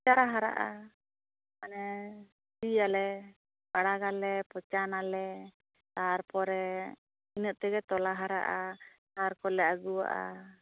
ᱪᱟᱨᱟ ᱦᱟᱨᱟᱜᱼᱟ ᱢᱟᱱᱮ ᱥᱤᱭᱟᱞᱮ ᱯᱟᱲᱟᱜᱟᱞᱮ ᱯᱚᱪᱟᱱ ᱟᱞᱮ ᱛᱟᱨᱯᱚᱨᱮ ᱤᱱᱟᱹᱜ ᱛᱮᱜᱮ ᱛᱚᱞᱟ ᱦᱟᱨᱟᱜᱼᱟ ᱥᱟᱨ ᱠᱚᱞᱮ ᱟᱹᱜᱩᱭᱟᱜᱼᱟ